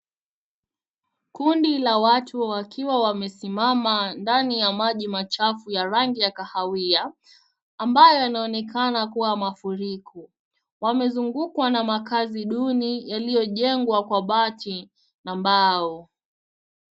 Kundi la watu wakiwa wamesimama ndani ya maji machafu ya rangi ya kahawia, ambayo yanaonekana kuwa mafuriko. Wamezungukwa na makazi duni yaliyojengwa kwa bati na mbao.